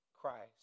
Christ